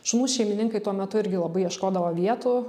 šunų šeimininkai tuo metu irgi labai ieškodavo vietų